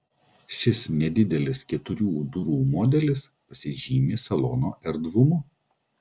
šis nedidelis keturių durų modelis pasižymi salono erdvumu